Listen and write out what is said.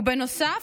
ובנוסף,